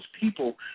people